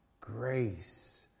grace